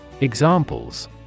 Examples